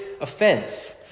offense